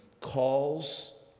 calls